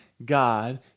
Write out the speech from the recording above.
God